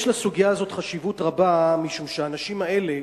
יש לסוגיה הזאת חשיבות רבה משום שהאנשים האלה,